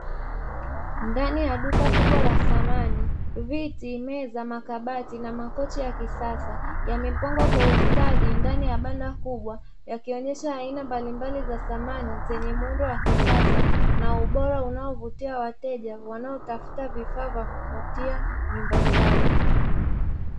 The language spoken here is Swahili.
Ndani ya duka kubwa la samani viti, meza, makabati na makochi ya kisasa yamepangwa kwa ustadi ndani ya banda kubwa, yakionyesha aina mbalimbali za samani zenye muundo wa kisasa na ubora unaowavutia wateja wanaotafuta vifaa vya kuvutia nyumba zao.